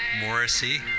Morrissey